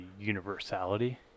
universality